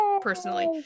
personally